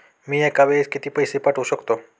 मी एका वेळेस किती पैसे पाठवू शकतो?